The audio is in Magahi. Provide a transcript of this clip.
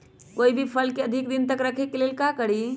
कोई भी फल के अधिक दिन तक रखे के ले ल का करी?